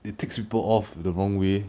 it takes people off the wrong way